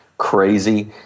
crazy